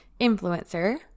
influencer